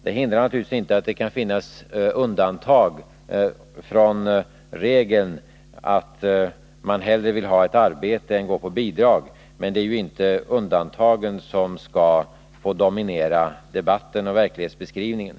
Det hindrar naturligtvis inte att det kan finnas undantag från regeln att man hellre vill ha ett arbete än gå på bidrag, men det är ju inte undantagen som skall få dominera debatten och verklighetsbeskrivningen.